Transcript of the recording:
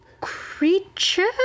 creature